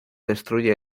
destruye